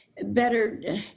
better